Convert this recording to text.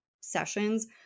sessions